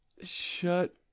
Shut